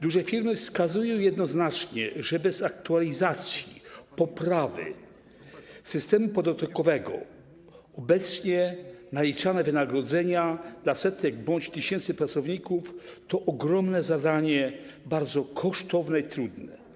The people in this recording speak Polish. Duże firmy wskazują jednoznacznie, że bez aktualizacji poprawy systemu podatkowego obecnie naliczanie wynagrodzenia dla setek bądź tysięcy pracowników to ogromne zadanie, bardzo kosztowne i trudne.